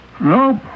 Nope